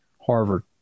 Harvard